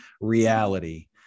reality